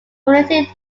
community